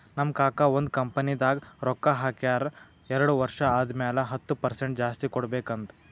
ನಮ್ ಕಾಕಾ ಒಂದ್ ಕಂಪನಿದಾಗ್ ರೊಕ್ಕಾ ಹಾಕ್ಯಾರ್ ಎರಡು ವರ್ಷ ಆದಮ್ಯಾಲ ಹತ್ತ್ ಪರ್ಸೆಂಟ್ ಜಾಸ್ತಿ ಕೊಡ್ಬೇಕ್ ಅಂತ್